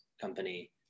company